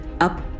up